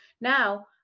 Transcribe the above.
now